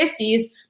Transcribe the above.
1950s